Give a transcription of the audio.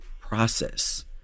process